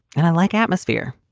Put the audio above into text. and i like atmosphere.